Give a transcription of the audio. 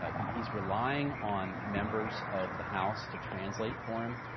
ah he's relying on members of the house to translate for him,